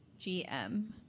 GM